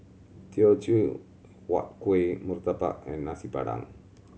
Teochew Huat Kuih murtabak and Nasi Padang